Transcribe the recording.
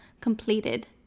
completed